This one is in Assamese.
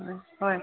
অ হয়